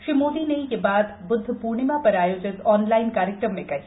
श्री मोदी न ह बात बुद्ध पूर्णिमा पर आपोजित ऑनलाइन कार्यक्रम में कही